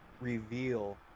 reveal